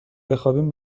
بخوابیم